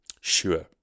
Sure